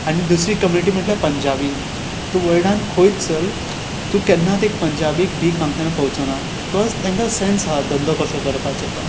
आनी दुसरी कमुनिटी म्हणल्यार पंजाबी तूं वल्डान खंय चल तूं केन्ना ते पंजाबीक भीक मागताना पळोवचोना बिकॉज तांकां सँस आसा धंदो कसो करपाचो तो